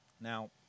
Now